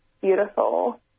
beautiful